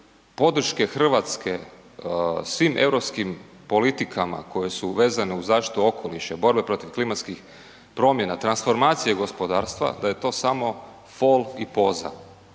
podrške Hrvatske svim europskim politikama koje su vezane uz zaštitu okoliša i borbe protiv klimatskih promjena, transformacije gospodarstva, da je to samo fol i poza